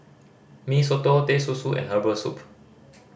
Mee Soto Teh Susu and herbal soup